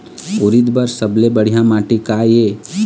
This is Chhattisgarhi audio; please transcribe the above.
उरीद बर सबले बढ़िया माटी का ये?